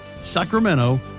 Sacramento